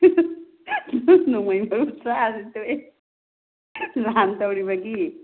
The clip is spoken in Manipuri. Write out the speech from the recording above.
ꯅꯣꯡꯃꯩ ꯃꯔꯨ ꯆꯥꯔꯗꯤ ꯇꯣꯛꯑꯦ ꯂꯥꯟ ꯇꯧꯔꯤꯕꯒꯤ